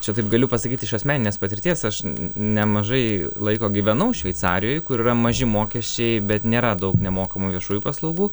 čia taip galiu pasakyt iš asmeninės patirties aš nemažai laiko gyvenau šveicarijoj kur yra maži mokesčiai bet nėra daug nemokamų viešųjų paslaugų